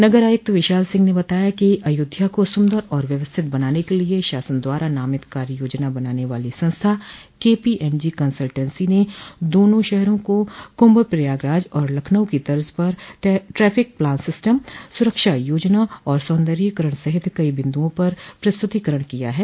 नगर आयुक्त विशाल सिंह ने बताया है कि अयोध्या को सुन्दर और व्यवस्थित बनाने के लिये शासन द्वारा नामित कार्य योजना बनाने वाली संस्था केपीएमजी कंस्लटेंसी ने दोनों शहरों को कुंभ प्रयागराज और लखनऊ की तज पर ट्रैफिक प्लान सिस्टम सुरक्षा योजना और सौन्दर्यीकरण सहित कई बिन्द्रओं पर प्रस्तुतीकरण किया है